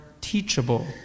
teachable